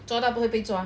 抓到不会被抓